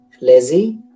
lazy